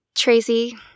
Tracy